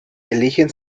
eligen